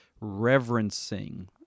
reverencing